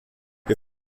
wir